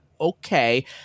okay